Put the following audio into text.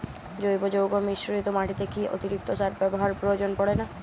জৈব যৌগ মিশ্রিত মাটিতে কি অতিরিক্ত সার ব্যবহারের প্রয়োজন পড়ে না?